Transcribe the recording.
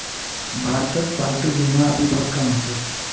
भारतत पालतू बीमा अभी बहुत कम ह छेक